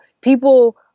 people